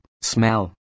smell